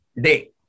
day